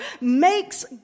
Makes